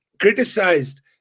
criticized